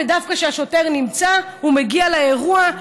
כשהשוטר נמצא הוא מגיע לאירוע,